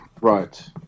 Right